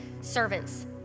Servants